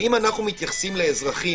האם אנחנו מתייחסים לאזרחים,